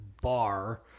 bar